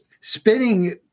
spinning